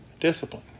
discipline